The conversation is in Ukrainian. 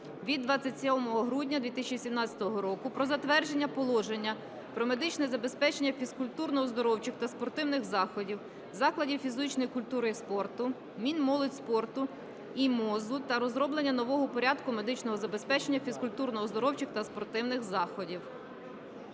від 27 грудня 2017 року "Про затвердження Положення про медичне забезпечення фізкультурно-оздоровчих та спортивних заходів, закладів фізичної культури і спорту" Мінмолодьспорту і МОЗу та розроблення нового "Порядку медичного забезпечення фізкультурно-оздоровчих та спортивних заходів".